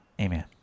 Amen